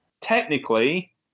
technically